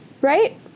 right